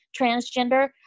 transgender